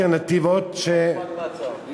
חלופת מעצר.